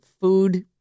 food